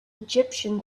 egyptian